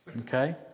Okay